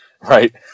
Right